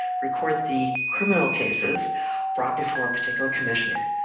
record the criminal cases brought before a particular commissioner,